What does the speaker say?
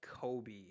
Kobe